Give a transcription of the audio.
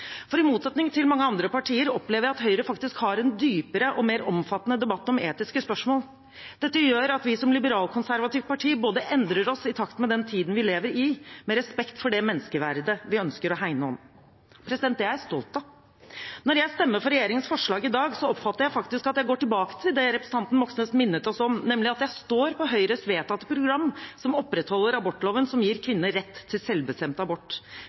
For i motsetning til mange andre partier opplever jeg at Høyre har en dypere og mer omfattende debatt om etiske spørsmål. Dette gjør at vi som et liberalkonservativt parti endrer oss i takt med den tiden vi lever i, med respekt for det menneskeverdet vi ønsker å hegne om. Det er jeg stolt av. Når jeg stemmer for regjeringens forslag i dag, oppfatter jeg at jeg går tilbake til det representanten Moxnes minnet oss om, nemlig at jeg står på Høyres vedtatte program, som opprettholder abortloven som gir kvinner rett til selvbestemt abort,